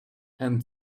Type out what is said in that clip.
and